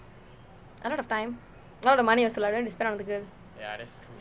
a lot of time a lot of money also lah don't need to spend on the girl